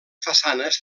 façanes